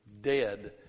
dead